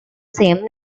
same